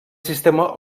sistema